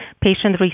patient